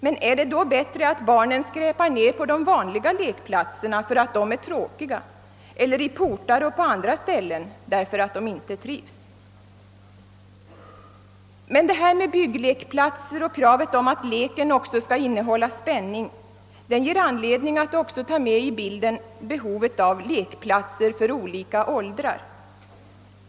Men är det då bättre att barnen skräpar ned på de vanliga lekplatserna, därför att de är tråkiga, eller i portar och på andra ställen därför att de inte trivs? Frågan om bygglekplatser och kravet på att leken också skall innehålla spänning ger emellertid anledning att också ta med i bilden behovet av lekplatser för olika åldrar.